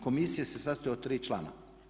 Komisija se sastoji od tri člana.